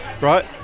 right